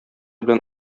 белән